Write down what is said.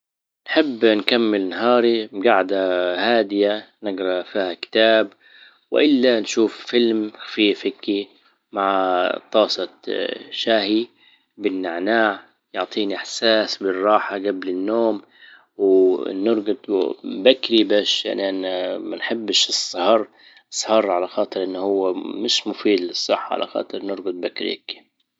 نحب نكمل نهاري جعدة هادية نجرا فيها كتاب والا نشوف فيلم فيه فيكي مع طاسة شاهي بالنعناع يعطيني احساس بالراحة جبل النوم والنوم بيكون بكري باش ما نحبش السهر السهر على خاطر ان هو مش مفيد للصحة على خاطر نربط باكريك